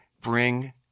bring